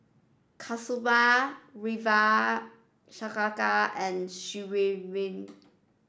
Kasturba Ravi Shankar and Srinivasa